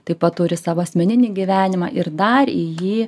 taip pat turi savo asmeninį gyvenimą ir dar į jį